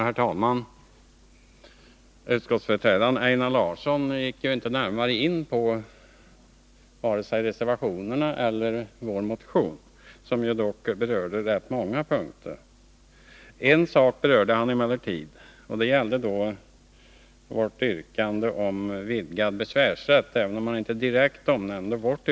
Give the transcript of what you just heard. Herr talman! Utskottsordföranden Einar Larsson gick inte närmare in på vare sig reservationerna eller vår motion, som dock gäller rätt många punkter. En sak berörde han emellertid, nämligen vårt yrkande om vidgad besvärsrätt, även om han inte direkt omnämnde det.